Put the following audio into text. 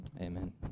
amen